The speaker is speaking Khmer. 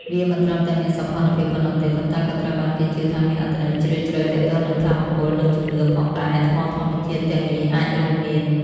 វាមិនត្រឹមតែមានសោភ័ណភាពប៉ុណ្ណោះទេ ប៉ុន្តែក៏ត្រូវបានគេជឿថាមានអត្ថន័យជ្រាលជ្រៅទាក់ទងនឹងថាមពល និងជំនឿផងដែរ។ ថ្មធម្មជាតិទាំងនេះអាចរួមមាន៖